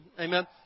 Amen